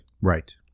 Right